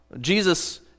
Jesus